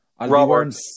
Robert